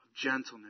gentleness